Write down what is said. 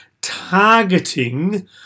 targeting